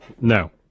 No